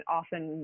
often